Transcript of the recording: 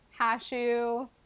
Hashu